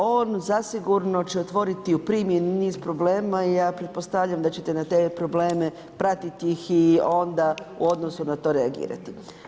On zasigurno će otvoriti u primjeni niz problema i ja pretpostavljam da ćete na te probleme pratiti ih i onda u odnosu na to reagirati.